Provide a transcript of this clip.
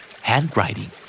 Handwriting